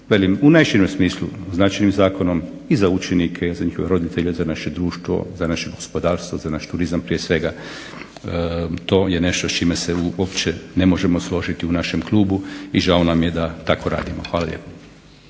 u najširem smislu značajnim zakonom i za učenike i za njihove roditelje za naše društvo, za naše gospodarstvo, za naš turizam prije svega, to je nešto s čime se uopće ne možemo složiti u našem klubu i žao nam je da tako radimo. Hvala lijepo.